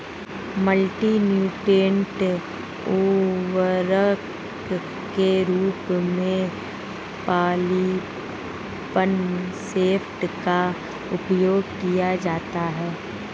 multi nutrient उर्वरक के रूप में पॉलिफॉस्फेट का उपयोग किया जाता है